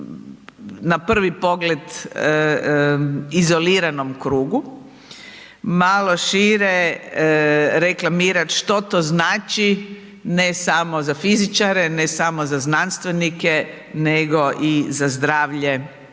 na prvi pogled izoliranom krugu. Malo šire, reklamirati, što to znači, ne samo za fizičare, ne samo za znanstvenike, nego i za zdravlje